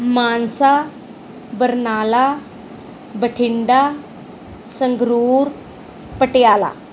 Mansa Barnala Bathinda Sangrur Patiala